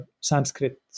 Sanskrit